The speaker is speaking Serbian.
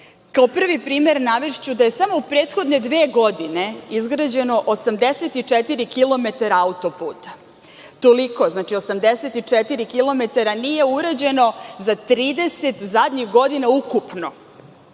Kao prvi primer navešću da je samo u prethodne dve godine izgrađeno 84 kilometra autoputa. Toliko, znači 84 kilometra, nije urađeno za 30 zadnjih godina ukupno.